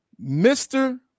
Mr